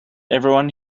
everyone